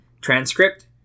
Transcript